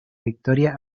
victoria